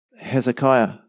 Hezekiah